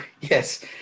yes